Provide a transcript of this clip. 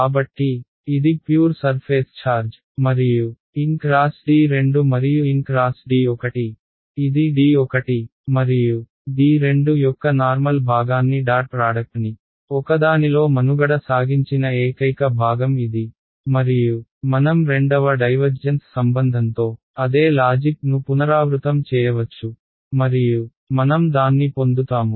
కాబట్టి ఇది pure surface charge మరియు nxD2 మరియు nxD1 ఇ దిD1 మరియు D2 యొక్క నార్మల్ భాగాన్ని డాట్ ప్రాడక్ట్ని ఒకదానిలో మనుగడ సాగించిన ఏకైక భాగం ఇది మరియు మనం రెండవ డైవజ్జెన్స్ సంబంధంతో అదే లాజిక్ ను పునరావృతం చేయవచ్చు మరియు మనం దాన్ని పొందుతాము